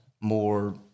more